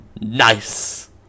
Nice